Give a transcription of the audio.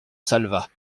salvat